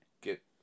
get